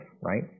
Right